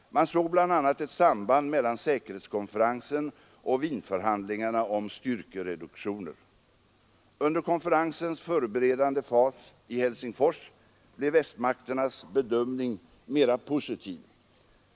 Man såg bl.a. ett samband mellan säkerhetskonferensen och Wienförhandlingarna om styrkereduktioner. Under konferensens förberedande fas i Helsingfors blev västmakternas bedömning mera positiv.